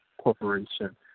corporation